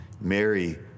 Mary